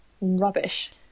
rubbish